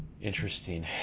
Interesting